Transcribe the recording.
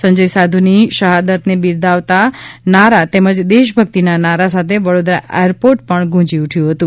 સંજય સાધુની શહાદતને બિરદાવતા નારા તેમજ દેશભક્તિના નારા સાથે વડોદરા એરપોર્ટ ગુંજી ઉઠ્યું હતું